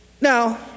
Now